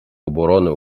оборони